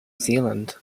zealand